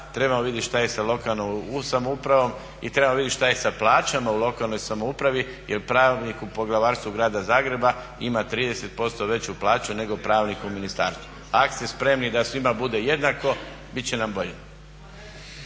Trebamo vidjeti što je sa lokalnom samoupravom i trebamo vidjeti što je sa plaćama u lokalnoj samoupravi. Jer pravnik u Poglavarstvu Grada Zagreba ima 30% veću plaću nego pravnik u ministarstvu. Ako ste spremni da svima bude jednako bit će nam bolje.